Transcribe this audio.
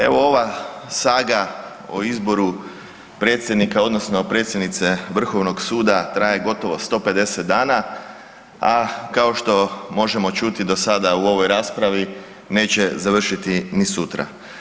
Evo ova saga o izboru predsjednika odnosno predsjednice Vrhovnog suda traje gotovo 150 dana a kao što možemo čuti dosada u ovoj raspravi, neće završiti ni sutra.